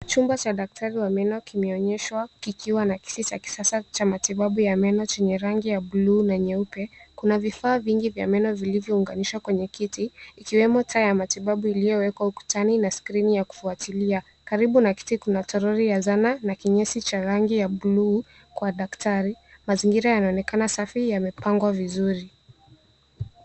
Chumba cha daktari wa meno kimeonyeshwa kikiwa na kiti cha kisasa cha matibabu ya meno chenye rangi ya buluu na nyeupe. Kuna vifaa vingi vya meno vilivyounganishwa kwenye kiti ikiweoma taa ya matibabu iliyowekwa ukutani na skrini ya kufwatilia. Karibu na kiti kuna troli ya zana na kinyesi cha rangi ya buluu kwa daktari. Mazingira yanaonekana safi yamepangwa vizuri.